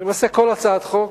למעשה, כל הצעת חוק,